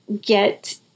get